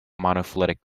monophyletic